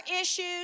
issues